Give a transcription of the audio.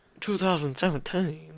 2017